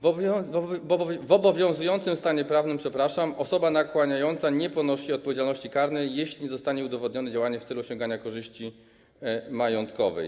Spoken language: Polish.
W obowiązującym stanie prawnym osoba nakłaniająca nie ponosi odpowiedzialności karnej, jeśli zostanie udowodnione działanie w celu osiągania korzyści majątkowej.